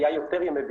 היו יותר ימי בידוד.